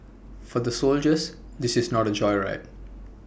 for the soldiers this is not A joyride